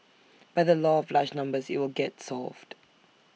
by the law of large numbers IT will get solved